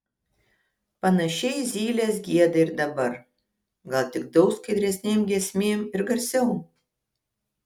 panašiai zylės gieda ir dabar gal tik daug skaidresnėm giesmėm ir garsiau